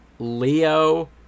Leo